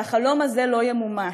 שהחלום הזה לא ימומש.